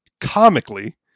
comically